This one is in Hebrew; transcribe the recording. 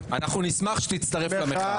אנחנו נשמח שתצטרף למחאה.